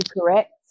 correct